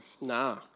Nah